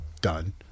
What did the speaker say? done